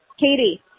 Katie